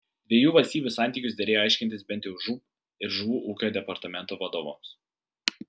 dviejų valstybių santykius derėjo aiškintis bent jau žūb ir žuvų ūkio departamento vadovams